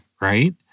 right